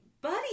Buddy